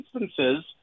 instances